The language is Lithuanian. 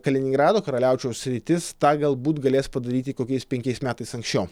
kaliningrado karaliaučiaus sritis tą galbūt galės padaryti kokiais penkiais metais anksčiau